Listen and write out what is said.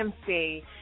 MC